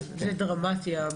זה דרמטי.